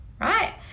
Right